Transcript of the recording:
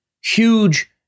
Huge